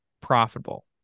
profitable